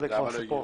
זה כבר סיפור אחר.